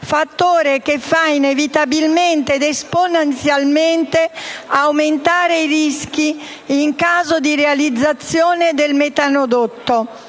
fattore che fa inevitabilmente ed esponenzialmente aumentare i rischi in caso di realizzazione del metanodotto.